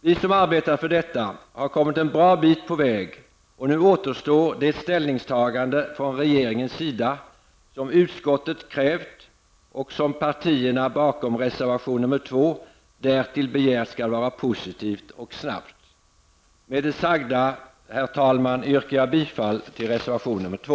Vi som arbetat för detta har kommit en bra bit på väg, och nu återstår det ställningstagande från regeringens sida som utskottet krävt och som partierna bakom reservation nr 2 därtill begärt skall vara positivt och snabbt. Med det sagda, herr talman, yrkar jag bifall till reservation nr 2.